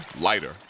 lighter